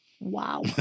Wow